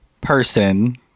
person